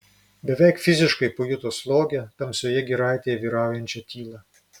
beveik fiziškai pajuto slogią tamsioje giraitėje vyraujančią tylą